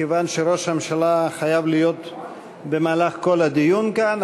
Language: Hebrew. מכיוון שראש הממשלה חייב להיות במהלך כל הדיון כאן,